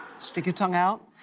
stick your tongue out.